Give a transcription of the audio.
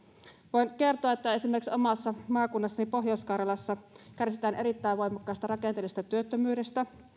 voin kertoa että esimerkiksi omassa maakunnassani pohjois karjalassa kärsitään erittäin voimakkaasta rakenteellisesta työttömyydestä